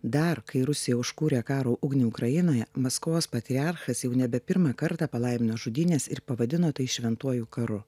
dar kai rusija užkūrė karo ugnį ukrainoje maskvos patriarchas jau nebe pirmą kartą palaimino žudynes ir pavadino tai šventuoju karu